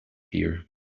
here